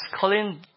Colin